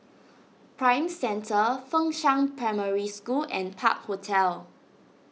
Prime Centre Fengshan Primary School and Park Hotel